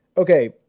Okay